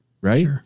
right